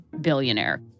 billionaire